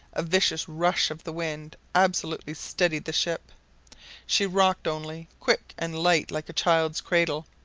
a vicious rush of the wind absolutely steadied the ship she rocked only, quick and light like a childs cradle,